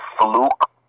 fluke